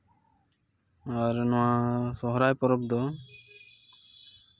ᱟᱨ ᱢᱟ ᱥᱚᱦᱨᱟᱭ ᱯᱚᱨᱚᱵᱽ ᱫᱚ